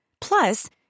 Plus